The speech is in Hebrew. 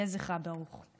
יהיה זכרה ברוך.